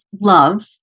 love